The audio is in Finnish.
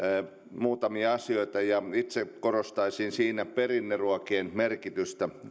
muutamia asioita ja itse korostaisin siinä perinneruokien merkitystä